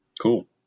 Cool